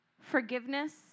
forgiveness